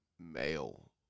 Male